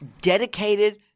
dedicated